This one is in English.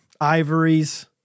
ivories